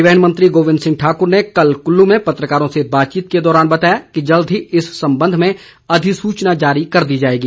परिवहन मंत्री गोविंद ठाकुर ने कल कुल्लू में पत्रकारों से बातचीत के दौरान बताया कि जल्द ही इस संबंध में अधिसूचना जारी कर दी जाएगी